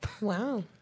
Wow